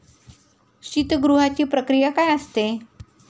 शीतगृहाची प्रक्रिया काय असते?